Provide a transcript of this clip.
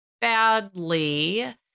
badly